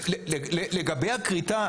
לגבי הכריתה,